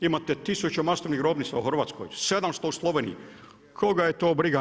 Imate 1000 masovnih grobnica u Hrvatskoj, 700 u Sloveniji, koga je to briga.